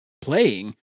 playing